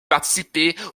participer